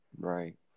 right